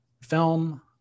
film